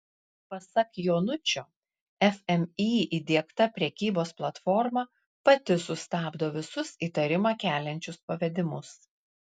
pasak jonučio fmį įdiegta prekybos platforma pati sustabdo visus įtarimą keliančius pavedimus